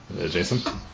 Jason